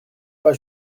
pas